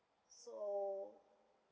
so